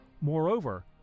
moreover